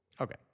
okay